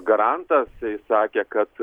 garantas sakė kad